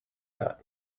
that